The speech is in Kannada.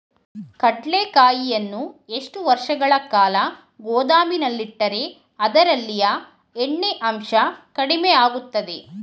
ಕಡ್ಲೆಕಾಯಿಯನ್ನು ಎಷ್ಟು ವರ್ಷಗಳ ಕಾಲ ಗೋದಾಮಿನಲ್ಲಿಟ್ಟರೆ ಅದರಲ್ಲಿಯ ಎಣ್ಣೆ ಅಂಶ ಕಡಿಮೆ ಆಗುತ್ತದೆ?